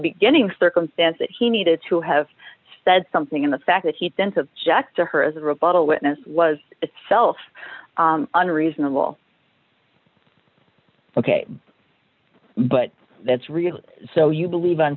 beginning circumstance that he needed to have said something in the fact that he'd been subject to her as a rebuttal witness was itself unreasonable ok but that's really so you believe on